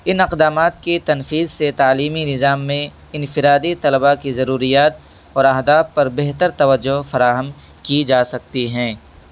ان اقدامات کی تنفیذ سے تعلیمی نظام میں انفرادی طلباء کی ضروریات اور اہداف پر بہتر توجہ فراہم کی جا سکتی ہیں